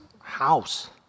house